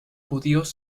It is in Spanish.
judíos